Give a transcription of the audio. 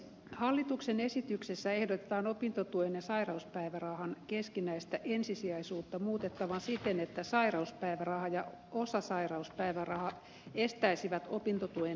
hallituksen esityksessä ehdotetaan opintotuen ja sairauspäivärahan keskinäistä ensisijaisuutta muutettavan siten että sairauspäiväraha ja osasairauspäiväraha estäisivät opintotuen myöntämisen